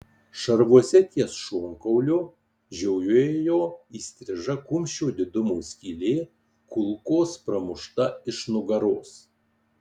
šarvuose ties šonkauliu žiojėjo įstriža kumščio didumo skylė kulkos pramušta iš nugaros